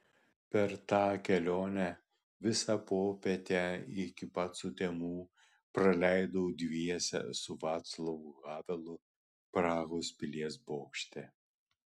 per tą kelionę visą popietę iki pat sutemų praleidau dviese su vaclavu havelu prahos pilies bokšte